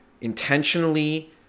intentionally